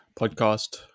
podcast